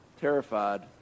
terrified